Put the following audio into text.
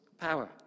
power